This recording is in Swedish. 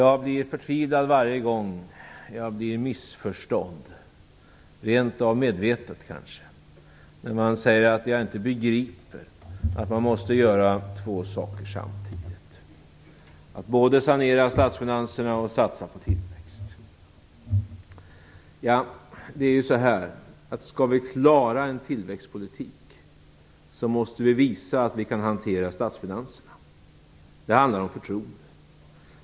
Jag blir förtvivlad varje gång jag blir missförstådd - rent av medvetet kanske - när det sägs att jag inte begriper att man måste göra två saker samtidigt: både sanera statsfinanserna och satsa på tillväxt. Skall vi klara en tillväxtpolitik måste vi visa att vi kan hantera statsfinanserna. Det handlar om förtroende.